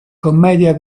commedia